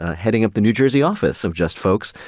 ah heading up the new jersey office of just folks.